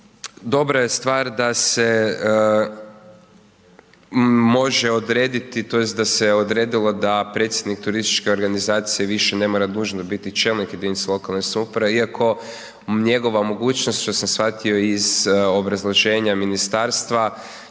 dobra je stvar da se može odrediti tj. da se odredilo da predsjednik turističke organizacije više ne mora nužno biti čelnik jedinice lokalne samouprave iako njegova mogućnost što sam shvatio iz obrazloženja ministarstva,